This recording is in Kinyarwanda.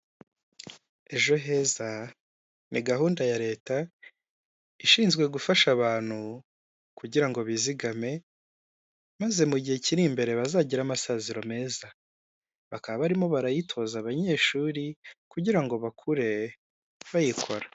Ejo heza ni gahunda ya Leta ishinzwe gufasha abantu kugira ngo bizigame, maze mu gihe kiri imbere bazagire amasaziranoro meza, bakaba barimo barayitoza abanyeshuri kugira ngo bakure bayikora.